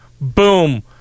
boom